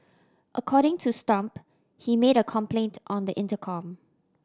according to Stomp he made a complaint on the intercom